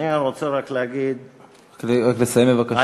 אני רוצה רק להגיד, רק לסיים בבקשה.